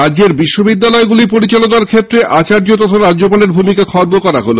রাজ্যের বিশ্ববিদ্যালয়গুলির পরিচালনার ক্ষেত্রে আচার্য তথা রাজ্যপালের ভূমিকা খর্ব করা হল